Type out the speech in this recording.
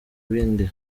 bindi